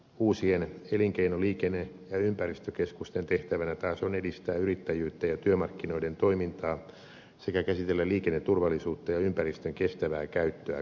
uusien elinkeino liikenne ja ympäristökeskusten tehtävänä taas on edistää yrittäjyyttä ja työmarkkinoiden toimintaa sekä käsitellä liikenneturvallisuutta ja ympäristön kestävää käyttöä koskevia asioita